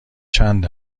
چند